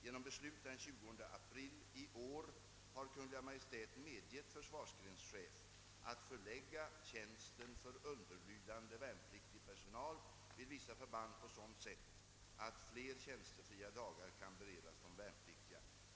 Genom beslut den 20 april 1967 har Kungl. Maj:t medgett försvarsgrenschef att förlägga tjänsten för underlydande värnpliktig personal vid vissa förband på sådant sätt att fler tjänstefria dagar kan beredas de värnpliktiga.